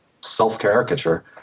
self-caricature